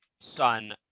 son